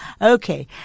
Okay